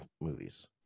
movies